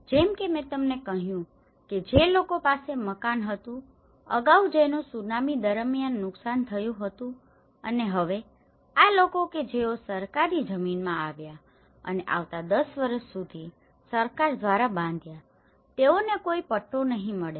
જેમ કે મેં તમને કહ્યું હતું કે જે લોકો પાસે મકાન હતું અગાઉ જેનું સુનામી દરમિયાન નુકસાન થયું હતું અને હવે આ લોકો કે જેઓ સરકારી જમીનમાં આવ્યા અને આવતા દસ વર્ષ સુધી સરકાર દ્વારા બાંધ્યા તેઓને કોઈ પટ્ટો નહીં મળે